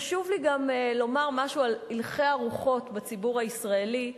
חשוב לי גם לומר משהו על הלכי הרוחות בציבור הישראלי,